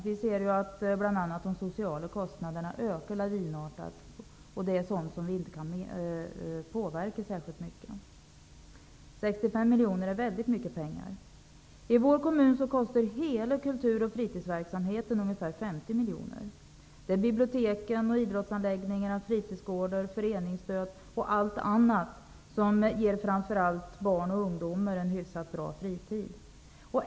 Bl.a. ser vi att de sociala kostnaderna ökar lavinartat, vilket vi inte kan påverka särskilt mycket. 65 miljoner kronor är väldigt mycket pengar. I vår kommun kostar hela kultur och fritidsverksamheten ungefär 50 miljoner kronor. Det handlar om bibliotek, idrottsanläggningar, fritidsgårdar, föreningsstöd och allt annat som ger framför allt barn och ungdomar en hyfsat bra fritid.